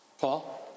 Paul